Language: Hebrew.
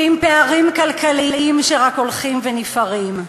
ועם פערים כלכליים שרק הולכים ונפערים.